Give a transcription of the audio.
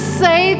say